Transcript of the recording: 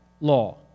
law